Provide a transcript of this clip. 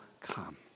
come